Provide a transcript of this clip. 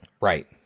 Right